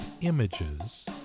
images